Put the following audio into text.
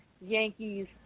Yankees